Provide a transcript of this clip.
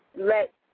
let